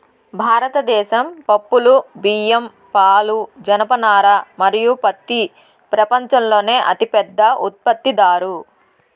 భారతదేశం పప్పులు, బియ్యం, పాలు, జనపనార మరియు పత్తి ప్రపంచంలోనే అతిపెద్ద ఉత్పత్తిదారు